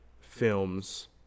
films